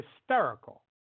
hysterical